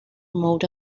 mode